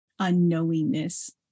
unknowingness